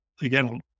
again